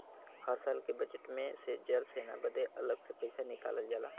हर साल के बजेट मे से जल सेना बदे अलग से पइसा निकालल जाला